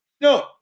No